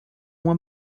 uma